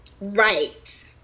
Right